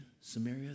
Samaria